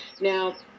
now